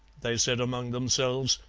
they said among themselves,